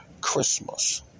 Christmas